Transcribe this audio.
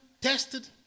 tested